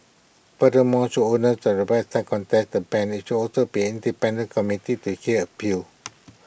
furthermore should owners of the websites contest the ban IT should also be independent committee to hear appeals